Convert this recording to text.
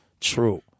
true